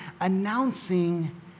announcing